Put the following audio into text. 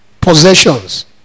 possessions